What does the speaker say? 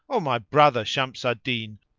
o my brother, shams al-din,